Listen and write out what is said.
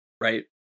Right